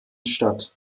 statt